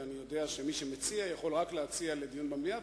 ואני יודע שמי שמציע יכול להציע רק דיון במליאה,